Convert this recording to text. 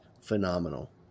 phenomenal